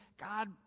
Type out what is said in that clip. God